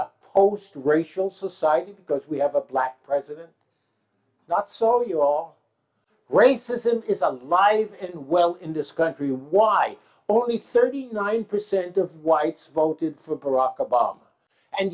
about post racial society because we have a black president not so you all racism is alive and well in this country why only thirty nine percent of whites voted for